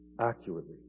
Accurately